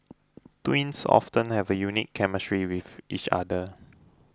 twins often have a unique chemistry with each other